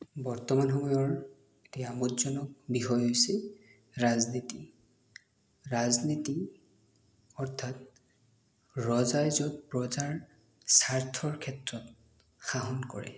বৰ্তমান সময়ৰ এটি আমোদজনক বিষয় হৈছে ৰাজনীতি ৰাজনীতি অৰ্থাৎ ৰজাই য'ত প্ৰজাৰ স্বাৰ্থৰ ক্ষেত্ৰত শাসন কৰে